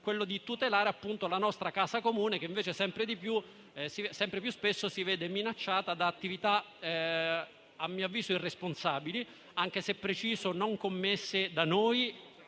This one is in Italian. fine di tutelare la nostra casa comune, che invece sempre più spesso si vede minacciata da attività a mio avviso irresponsabili. Voglio però precisare che tali